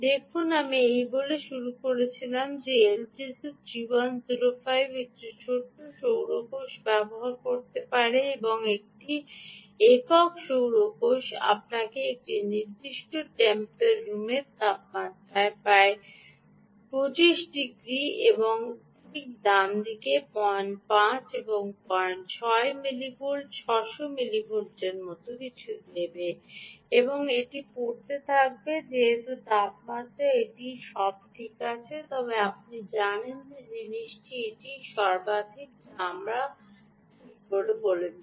দেখুন আমি এই বলে শুরু করেছিলাম যে এলটিসি 3105 একটি ছোট সৌর কোষ ব্যবহার করতে পারে এবং একটি একক সৌর কোষ আপনাকে একটি নির্দিষ্ট টেম্পর রুমের তাপমাত্রায় প্রায় 25 ডিগ্রি বা ঠিক ডানদিকে 05 থেকে 06 মিলিভোল্টে 600 মিলিভোল্টের মতো কিছু দেবে এবং এটি পড়তে থাকবে যেহেতু তাপমাত্রা এটি সব ঠিক আছে তবে আপনি জানেন যে জিনিসটি এটিই সর্বাধিক যা আমরা সঠিক বলেছি